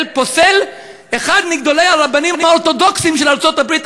פוסל אחד מגדולי הרבנים האורתודוקסים של ארצות-הברית,